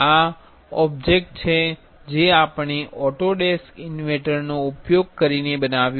આ ઓબ્જેક્ટ છે જે આપણે ઓટોડેસ્ક ઇન્વેન્ટરનો ઉપયોગ કરીને બનાવ્યું છે